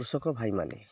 କୃଷକ ଭାଇମାନେ